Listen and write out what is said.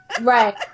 right